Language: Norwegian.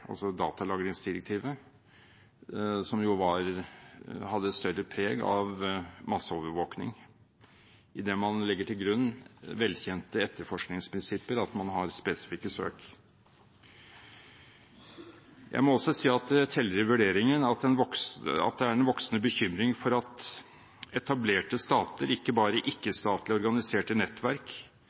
altså datalagringsdirektivet, som hadde et større preg av masseovervåkning, idet man legger til grunn velkjente etterforskningsprinsipper, og at man har spesifikke søk. Jeg må også si at det teller med i vurderingen at det er en voksende bekymring for at etablerte stater, ikke bare ikke-statlig organiserte nettverk,